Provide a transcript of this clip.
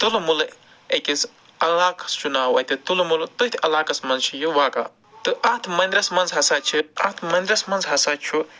تُل مُلہٕ أکِس علاقَس چھُ ناو اَتہِ تُل مُلہٕ تٔتھٕے علاقَس منٛز چھِ یہِ واقعہ تہٕ اَتھ مندرَس منٛز ہسا چھِ اَتھ مندرَس منٛز ہسا چھُ